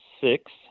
six